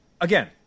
again